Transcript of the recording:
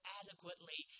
adequately